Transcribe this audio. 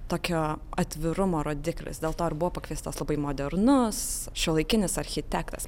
tokio atvirumo rodiklis dėl to ir buvo pakviestas labai modernus šiuolaikinis architektas